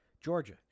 Georgia